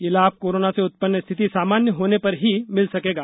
ये लाभ कोरोना से उत्पन्न स्थिति सामान्य होने पर ही मिल सकेगा